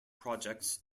projects